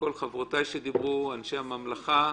לכל חברותיי שדיברו, אנשי הממלכה,